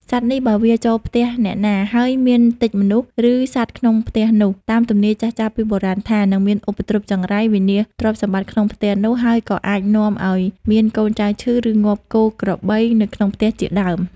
សត្វនេះ បើវាចូលផ្ទះអ្នកណា ហើយមានទិចមនុស្ស ឬសត្វក្នុងផ្ទះនោះ តាមទំនាយចាស់ៗពីបុរាណថា នឹងមានឧបទ្រព្យចង្រៃ វិនាសទ្រព្យសម្បត្តិក្នុងផ្ទះនោះ ហើយក៏អាចនាំឲ្យមានកូនចៅឈឺ ឬងាប់គោ ក្របីនៅក្នុងផ្ទះជាដើម។